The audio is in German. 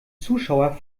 zuschauer